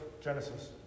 Genesis